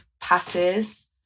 passes